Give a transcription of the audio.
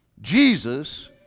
Jesus